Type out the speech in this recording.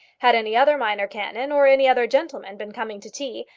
had any other minor canon or any other gentleman been coming to tea,